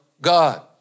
God